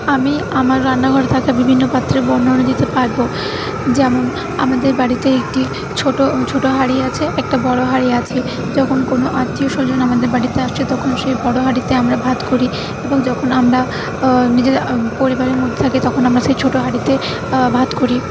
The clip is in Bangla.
আমি আমার রান্নাঘরে থাকা বিভিন্ন পাত্রের বর্ণনা দিতে পারবো যেমন আমাদের বাড়িতে একটি ছোটো ছোটো হাঁড়ি আছে একটা বড়ো হাঁড়ি আছে যখন কোনো আত্মীয়স্বজন আমাদের বাড়িতে আসে তখন সেই বড়ো হাড়িতে আমরা ভাত করি এবং যখন আমরা নিজেরা পরিবারের মধ্যে থাকি তখন সেই ছোট হাঁড়িতে ভাত করি